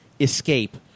escape